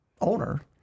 owner